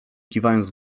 kiwając